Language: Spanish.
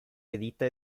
edita